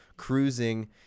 cruising